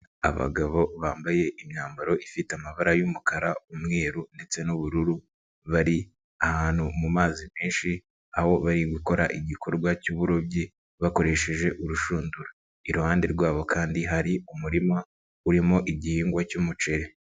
Abagabo bambaye imyambaro ifite amabara y'umukara, umweru ndetse n'ubururu, bari ahantu mu mazi menshi aho bari gukora igikorwa cy'uburobyi bakoresheje urushundura, iruhande rwabo kandi hari umurima urimo igihingwa cy'umuceri.